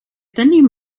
tenim